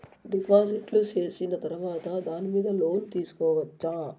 డిపాజిట్లు సేసిన తర్వాత దాని మీద లోను తీసుకోవచ్చా?